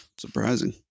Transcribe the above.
surprising